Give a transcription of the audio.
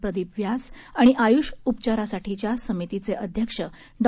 प्रदीप व्यास आणि आय़ष उपचारासाठीच्या समितीचे अध्यक्ष डॉ